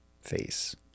face